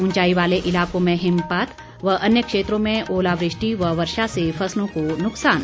ऊंचाई वाले इलाकों में हिमपात व अन्य क्षेत्रों में ओलावृष्टि व वर्षा से फसलों को नुकसान